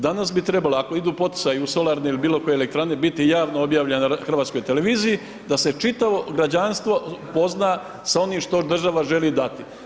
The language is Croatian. Danas bi trebalo ako idu poticaji u solarne ili bilo koje elektrane biti javno objavljene na HRT-u da se čitavo građanstvo upozna sa onim što država želi dati.